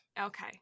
Okay